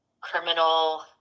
criminal